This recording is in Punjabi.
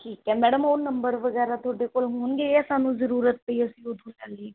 ਠੀਕ ਹੈ ਮੈਡਮ ਉਹ ਨੰਬਰ ਵਗੈਰਾ ਤੁਹਾਡੇ ਕੋਲ ਹੋਣਗੇ ਜੇ ਸਾਨੂੰ ਜ਼ਰੂਰਤ ਪਈ ਅਸੀਂ ਉਦੋਂ ਕਰ ਲਈਏ